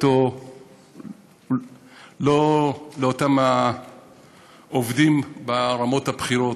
לא לאותם העובדים ברמות הבכירות,